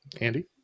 Andy